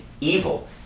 evil